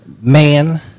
man